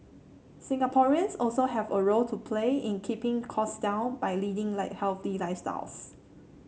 Singaporeans also have a role to play in keeping cost down by leading healthy lifestyles